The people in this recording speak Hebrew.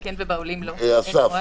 אסף,